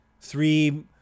Three